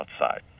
outside